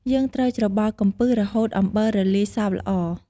យើងត្រូវច្របល់កំពឹស រហូតអំបិលរលាយសព្វល្អ។